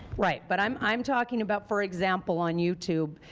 right. but i'm i'm talking about, for example, on youtube,